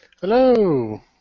Hello